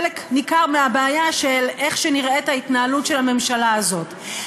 חלק ניכר מהבעיה של איך שנראית ההתנהלות של הממשלה הזאת,